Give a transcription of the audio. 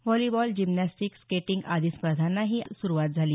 volleyball gymnastic skating आदी स्पर्धांनाही काल सुरुवात झाली